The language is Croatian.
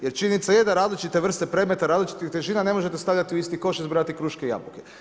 Jer činjenica je da različite vrste predmeta, različitih težina ne možete stavljati u isti koš i zbrajati kruške i jabuke.